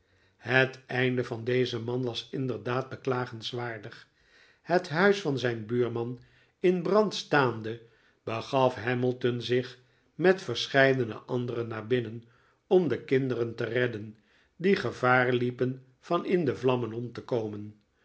het einde van dezen man was inderdaad beklagenswaardig het huis van zijn buurman in brand staande begaf hamilton zich met verscheidene anderen'naar binnen om de kinderen te redden die gevaar liepen van in de vlammen om te komen